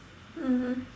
mmhmm